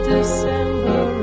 December